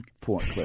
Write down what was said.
point